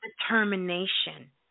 determination